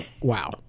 Wow